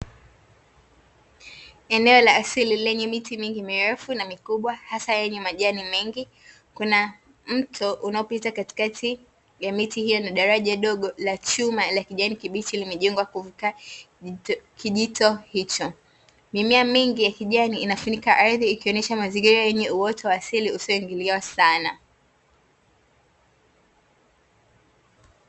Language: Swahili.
Eneo la asili lenye miti mingi mirefu na mikubwa, hasa yenye majani mengi, kuna mto unaopita katikati ya miti hiyo na daraja dogo la chuma la kijani kibichi limejengwa kuvuka kijito hicho. Mimea mingi ya kijani inafunika ardhi, ikionesha mazingira yenye uoto wa asili usioingiliwa sana.